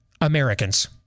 Americans